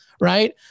right